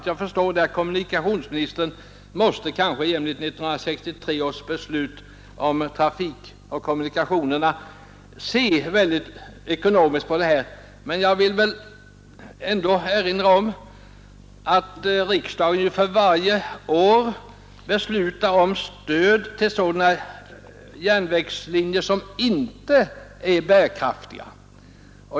Jag förstår att kommunikationsministern jämlikt 1963 års trafikpolitiska beslut måste se mycket ekonomiskt på dessa frågor. Jag vill emellertid erinra om att riksdagen för varje år beslutar om stöd till järnvägslinjer som inte är bärkraftiga.